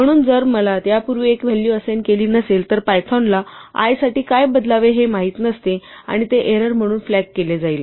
म्हणून जर मला यापूर्वी एक व्हॅल्यू असाइन केली नसेल तर पायथॉन ला i साठी काय बदलावे हे माहित नसते आणि ते एरर म्हणून फ्लॅग केले जाईल